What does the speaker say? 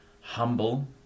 humble